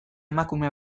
emakume